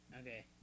Okay